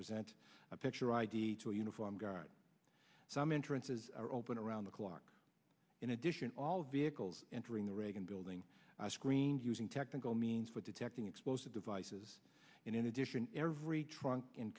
present a picture id to a uniform guard some entrances are open around the clock in addition all vehicles entering the reagan building screened using technical means for detecting explosive devices in addition every trunk in